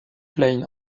plain